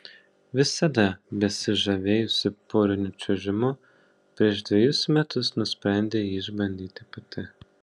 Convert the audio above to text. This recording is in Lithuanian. visada besižavėjusi poriniu čiuožimu prieš dvejus metus nusprendė jį išbandyti pati